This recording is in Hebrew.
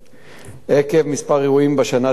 עקב כמה אירועים בשנה שעברה,